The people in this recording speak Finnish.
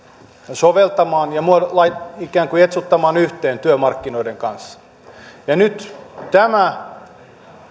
soveltamaan ja ikään kuin jetsuttamaan yhteen työmarkkinoiden kanssa ja nyt tämä